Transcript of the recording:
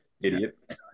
idiot